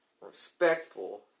respectful